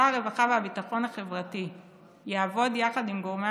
שר הרווחה והביטחון החברתי יעבוד יחד עם גורמי